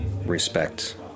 respect